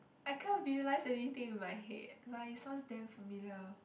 I can't visualize anything in my head but it sounds damn familiar